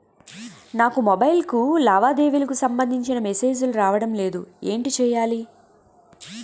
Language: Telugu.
నాకు మొబైల్ కు లావాదేవీలకు సంబందించిన మేసేజిలు రావడం లేదు ఏంటి చేయాలి?